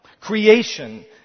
creation